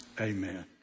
amen